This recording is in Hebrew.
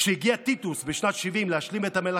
כשאספסיאנוס הגיע לדכא את המרד